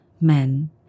men